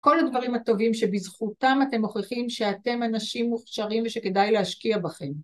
כל הדברים הטובים שבזכותם אתם מוכיחים שאתם אנשים מוכשרים ושכדאי להשקיע בכם.